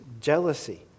jealousy